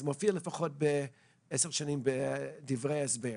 זה מופיע לפחות בעשר שנים בדברי ההסבר.